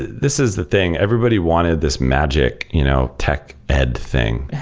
this is the thing. everybody wanted this magic you know teched and thing.